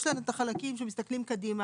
יש לנו את החלקים שמסתכלים קדימה,